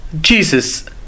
Jesus